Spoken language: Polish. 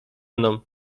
mną